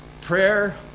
Prayer